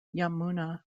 yamuna